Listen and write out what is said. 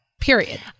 period